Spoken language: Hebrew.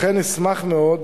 לכן, אשמח מאוד